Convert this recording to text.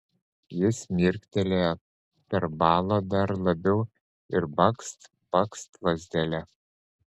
jis mirktelėjo perbalo dar labiau ir bakst bakst lazdele